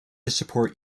support